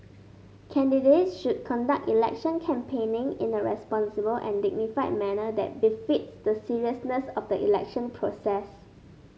candidates should conduct election campaigning in a responsible and dignified manner that befits the seriousness of the election process